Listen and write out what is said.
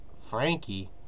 Frankie